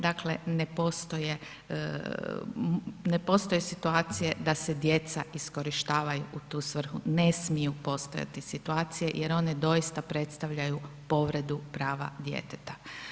Dakle, ne postoje situacije da se djeca iskorištavaju u tu svrhu, ne smiju postojati situacije jer one doista predstavljaju povredu prava djeteta.